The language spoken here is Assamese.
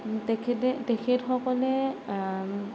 তেখেতে তেখেতসকলে